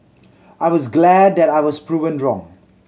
I was glad that I was proven wrong